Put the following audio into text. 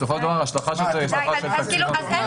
בסופו של דבר ההשלכה של זה היא השלכה --- לא נאפשר.